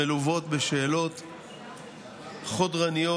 מלוות בשאלות חודרניות,